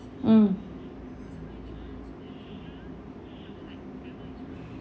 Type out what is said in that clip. mm